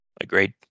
Agreed